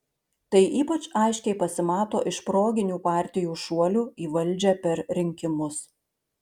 tai ypač aiškiai pasimato iš proginių partijų šuolių į valdžią per rinkimus